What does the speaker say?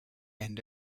end